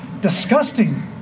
disgusting